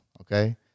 Okay